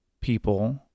people